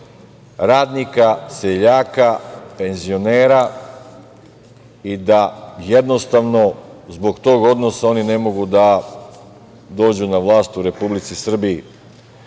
radnika, seljaka, penzionera i da jednostavno zbog tog odnosa oni ne mogu da dođu na vlast u Republici Srbiji. Oni